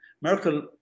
merkel